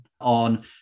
on